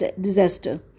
disaster